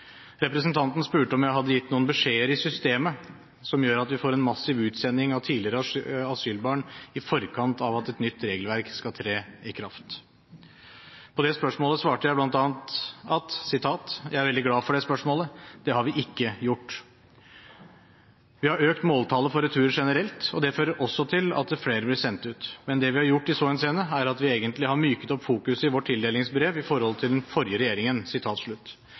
Representanten spurte om jeg hadde gitt noen beskjeder i systemet som gjør at vi får en massiv utsending av tidligere asylbarn i forkant av at et nytt regelverk skal tre i kraft. På det spørsmålet svarte jeg bl.a.: «Jeg er veldig glad for det spørsmålet – det har vi ikke gjort. Vi har økt måltallet for returer generelt, og det fører også til at flere blir sendt ut. Men det vi har gjort i så henseende, er at vi egentlig har myket opp fokuset i vårt tildelingsbrev i forhold til den forrige regjeringen.»